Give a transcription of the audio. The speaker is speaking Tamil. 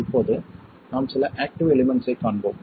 இப்போது நாம் சில ஆக்ட்டிவ் எலிமெண்ட்ஸ்சைக் காண்போம்